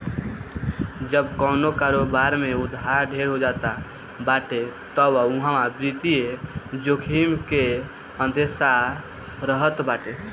जब कवनो कारोबार में उधार ढेर हो जात बाटे तअ उहा वित्तीय जोखिम के अंदेसा रहत बाटे